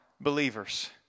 believers